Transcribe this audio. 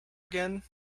again